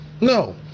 No